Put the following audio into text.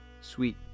Sweet